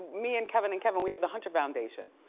me and kevin and kevin, we have the hunter foundation,